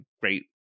great